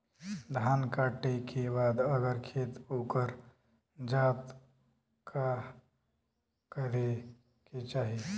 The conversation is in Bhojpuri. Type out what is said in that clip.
धान कांटेके बाद अगर खेत उकर जात का करे के चाही?